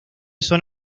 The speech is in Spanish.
son